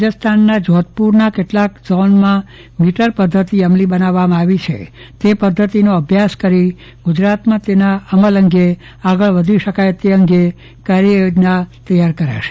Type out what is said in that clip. રાજસ્થાનના જોધપુરના કેટલાક ગામોમાં મીટર પધ્ધતી અમલી બનાવવામાં આવી છે તે પધ્ધતિનો અભ્યાસ કરી ગુજરાતમાં તેના અમલ અંગે આગળ વધી શકાય તે અં અગે કાર્યવાહીની તૈયારી કરાશે